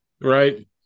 Right